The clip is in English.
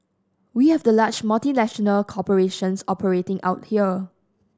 we have the large multinational corporations operating out here